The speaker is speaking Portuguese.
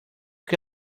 que